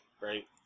right